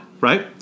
right